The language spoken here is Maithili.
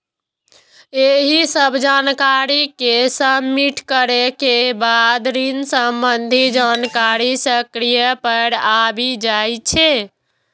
एहि सब जानकारी कें सबमिट करै के बाद ऋण संबंधी जानकारी स्क्रीन पर आबि जाइ छै